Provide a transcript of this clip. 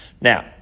Now